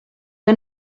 que